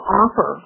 offer